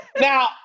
Now